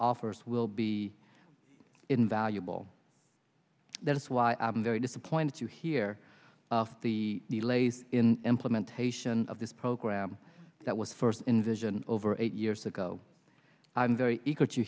offers will be invaluable that is why i'm very disappointed to hear the delays in implementation of this program that was first invasion over eight years ago i'm very eager to